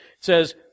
says